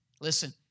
Listen